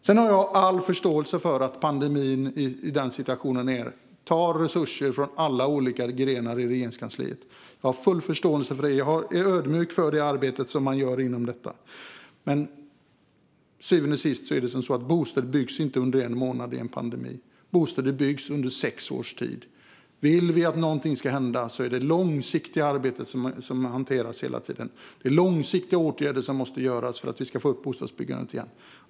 Jag har också all förståelse för att pandemin tar resurser från alla olika grenar i Regeringskansliet. Jag har full förståelse för det. Jag är ödmjuk för det arbete som man gör, men till syvende och sist byggs bostäder inte på en månad i en pandemi, utan de byggs under sex års tid. Vill vi att något ska hända handlar det om ett långsiktigt arbete som ska hanteras hela tiden. Det är långsiktiga åtgärder som måste till för att vi ska få upp bostadsbyggandet igen.